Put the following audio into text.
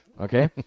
okay